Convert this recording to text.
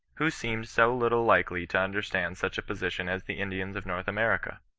who seemed so little likely to understand such a position as the indians of north america?